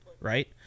right